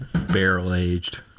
Barrel-aged